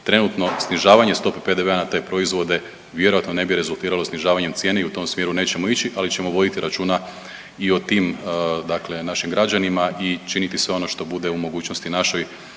trenutno snižavanje stope PDV-a na te proizvode vjerojatno ne bi rezultiralo snižavanjem cijene i u tom smjeru nećemo ići, ali ćemo voditi računa i o tim dakle našim građanima i činiti sve ono što bude u mogućnosti našoj